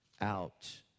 out